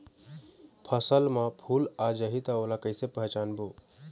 फसल म फूल आ जाही त ओला कइसे पहचानबो?